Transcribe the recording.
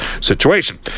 situation